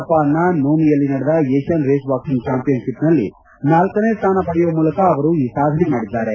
ಜಪಾನ್ನ ನೋಮಿಯಲ್ಲಿ ನಡೆದ ಏಷ್ಠನ್ ರೇಸ್ ವಾಕಿಂಗ್ ಚಾಂಪಿಯನ್ ಶಿಪ್ನಲ್ಲಿ ನಾಲ್ಕನೇ ಸ್ಥಾನ ಪಡೆಯುವ ಮೂಲಕ ಅವರು ಈ ಸಾಧನೆ ಮಾಡಿದ್ದಾರೆ